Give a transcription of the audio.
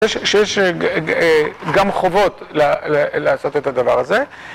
יש, שיש, גם חובות לעשות את הדבר הזה.